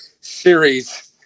series